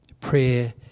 prayer